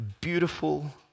beautiful